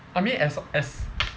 I mean as as